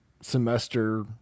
semester